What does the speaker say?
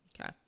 Okay